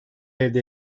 elde